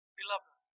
beloved